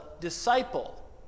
disciple